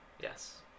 yes